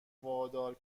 وادار